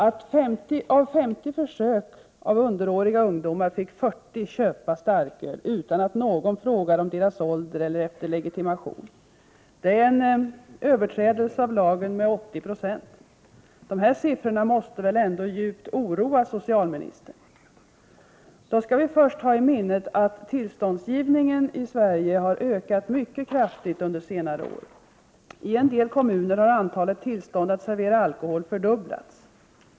Vid 50 försök utförda av underåriga ungdomar fick de vid 40 tillfällen köpa starköl utan att någon frågade om deras ålder eller efter legitimation. Det är en överträdelse av lagen med 80 96. De här siffrorna måste väl ändå djupt oroa socialministern? Till att börja med skall vi först ha i minnet att tillståndsgivningen i Sverige har ökat mycket kraftigt under senare år. I en del kommuner har antalet tillstånd att servera alkohol fördubblats.